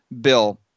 Bill